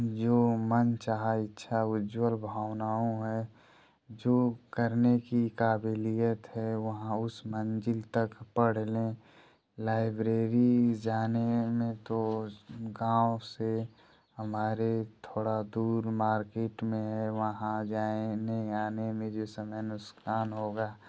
जो मन चाहा इच्छा उज्ज्वल भावनाओं में जो करने की काबिलियत है वहाँ उस मंजिल तक पढ़ लें लाइब्रेरी जाने में तो गाँव से हमारे थोड़ा दूर मार्किट में है वहाँ जाने आने में जो समय नुकसान होगा